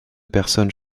personnes